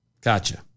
Gotcha